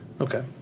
Okay